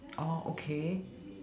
oh okay